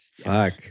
Fuck